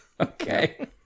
Okay